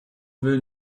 will